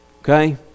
okay